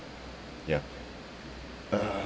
ya uh